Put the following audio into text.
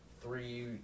Three